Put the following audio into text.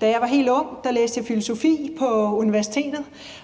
Da jeg var helt ung, læste jeg filosofi på universitetet,